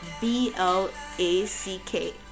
b-l-a-c-k